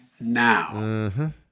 now